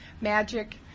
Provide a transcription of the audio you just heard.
magic